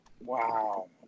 Wow